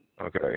Okay